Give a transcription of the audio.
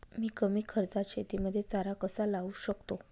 मी कमी खर्चात शेतीमध्ये चारा कसा लावू शकतो?